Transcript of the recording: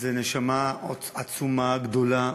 זו נשמה עצומה, גדולה,